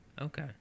Okay